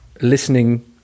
listening